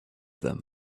them